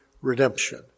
redemption